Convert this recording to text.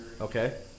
Okay